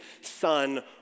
son